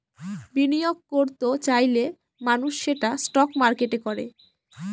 বিনিয়োগ করত চাইলে মানুষ সেটা স্টক মার্কেটে করে